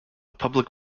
public